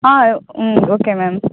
ஆ ம் okay ma'am